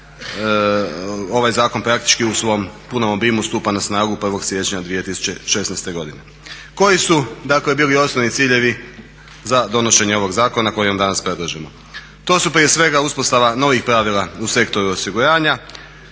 ovaj zakon praktički u svom punom obimu stupa na snagu 1. siječnja 2016. godine. Koji su dakle bili osnovni ciljevi za donošenje ovog zakona koji vam danas predlažemo? To su prije svega uspostava novih pravila u sektoru osiguranja,